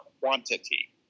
quantity